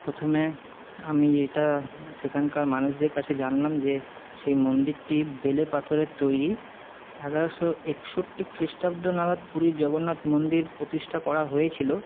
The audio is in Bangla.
প্রথমে আমি এটা সেখানকার মানুষদের কাছে জানলাম যে সেই মন্দিরটি বেলে পাথরের তৈরি এগারোশো একষট্টি খ্রীষ্টাব্দ নাগাদ পুরীর জগন্নাথ মন্দির প্রতিষ্ঠা করা হয়েছিলো